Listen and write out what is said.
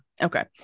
okay